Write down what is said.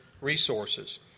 resources